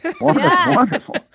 wonderful